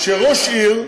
שראש עיר,